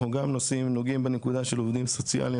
אנחנו גם נוגעים בנקודה של עובדים סוציאליים,